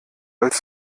als